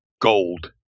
gold